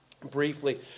briefly